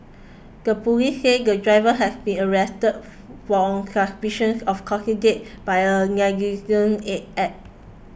the police said the driver has been arrested for on suspicions of causing death by a negligent egg act